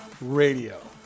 Radio